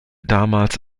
damals